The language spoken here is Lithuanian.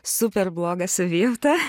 super bloga savijauta